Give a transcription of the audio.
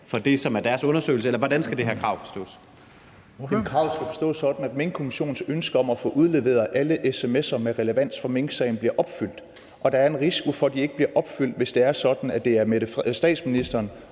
Ordføreren. Kl. 14:57 Alex Vanopslagh (LA): Kravet skal forstås sådan, at Minkkommissionens ønske om at få udleveret alle sms'er med relevans for minksagen bliver opfyldt, men der er en risiko for, at de ikke bliver opfyldt, hvis det er sådan, at det er statsministeren